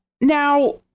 Now